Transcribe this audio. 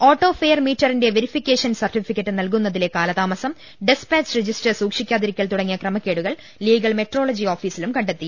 auto fare മീറ്ററിന്റെ verification certificate നൽകുന്നതിലെ കാലതാമസം ഡെസ്പാച്ച് രജിസ്റ്റർ സൂക്ഷിക്കാതിരിക്കൽ തുടങ്ങിയ ക്രമ ക്കേടുകൾ ലീഗൽ മെട്രോളജി ഓഫീസിലും കണ്ടെത്തി